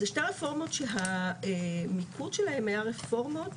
אלה שתי רפורמות שהמיקוד שלהן היה רפורמות